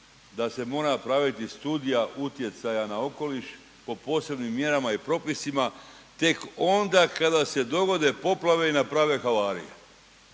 da se mora napraviti studija utjecaja na okoliš po posebnim mjerama i propisima tek onda kada se dogode poplave i naprave havariju.